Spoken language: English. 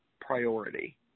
priority